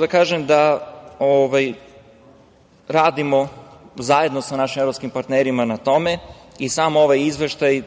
da kažem da radimo zajedno sa našim evropskim partnerima na tome i samo ovaj izveštaj,